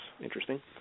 interesting